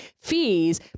fees